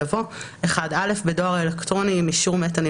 יבוא "או באמצעות דואר אלקטרוני" ואחרי המילים "או אישור על משלוח